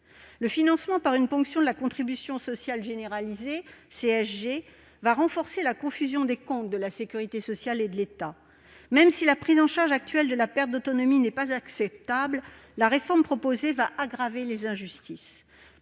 Le financement par une ponction de la contribution sociale généralisée va renforcer la confusion des comptes de la sécurité sociale et de l'État. Même si la prise en charge actuelle de la perte d'autonomie n'est pas acceptable, la réforme proposée va aggraver les injustices.